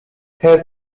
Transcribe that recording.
her